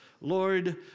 Lord